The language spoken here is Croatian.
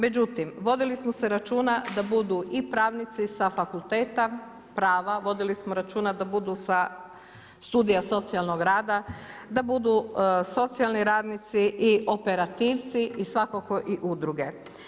Međutim, vodili smo se računa da budu i pravnici sa fakulteta, prava, vodili smo računa da budu sa Studija socijalnog rada, da budu socijalni radnici i operativci i svakako i udruge.